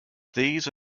these